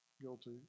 guilty